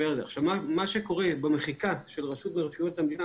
מה שקורה כתוצאה ממחיקת "רשות מרשויות המדינה",